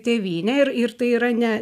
tėvynę ir ir tai yra ne